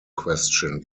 question